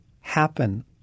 happen